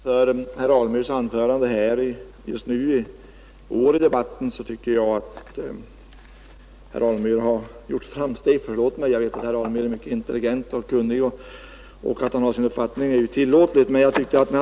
Herr talman! När jag hör herr Alemyr tala i år i debatten tycker jag att han har gjort framsteg — ja, jag vet att han är intelligent och kunnig, och det är naturligtvis tillåtet för honom att ha sin uppfattning.